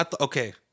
Okay